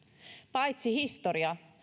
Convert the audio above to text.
paitsi historia